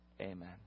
Amen